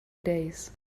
days